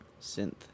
Synth